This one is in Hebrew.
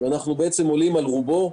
ואנחנו בעצם עולים על רובו.